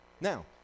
Now